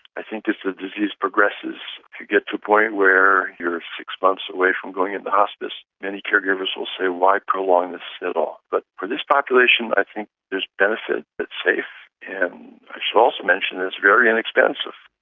i think as the disease progresses, if you get to a point where you are six months away from going into a hospice, many caregivers will say why prolong this at all but for this population i think there is benefit, it's but safe, and i should also mention it's very inexpensive.